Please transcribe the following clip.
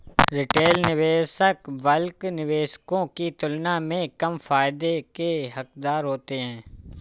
retail निवेशक bulk निवेशकों की तुलना में कम फायदे के हक़दार होते हैं